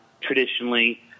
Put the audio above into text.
traditionally